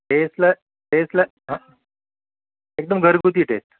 टेस्टला टेस्टला एकदम घरगुती टेस्ट